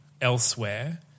elsewhere